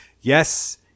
Yes